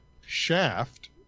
shaft